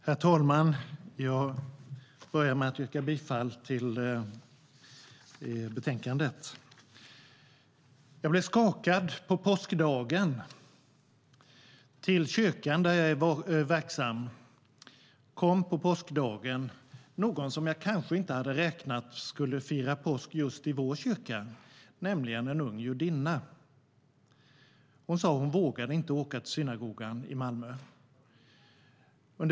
Herr talman! Jag börjar med att yrka bifall till utskottets förslag i betänkandet. Jag blev skakad på påskdagen. Till kyrkan där jag är verksam kom någon som jag kanske inte hade räknat med skulle fira påsk i just vår kyrka, nämligen en ung judinna. Hon sa att hon inte vågade åka till synagogan i Malmö.